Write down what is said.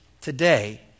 today